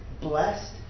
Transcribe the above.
blessed